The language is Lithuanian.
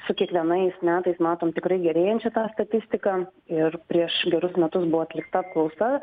su kiekvienais metais matom tikrai gerėjančią tą statistiką ir prieš gerus metus buvo atlikta apklausa